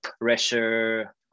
pressure